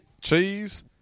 Cheese